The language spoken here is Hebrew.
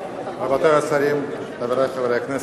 רבותי השרים, חברי חברי הכנסת,